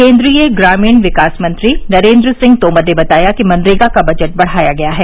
केन्द्रीय ग्रामीण विकास मंत्री नरेन्द्र सिंह तोमर ने बताया कि मनरेगा का बजट बढ़ाया गया है